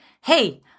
Hey